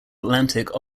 atlantic